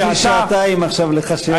ייקח לי שעתיים עכשיו לחשב.